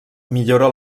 millora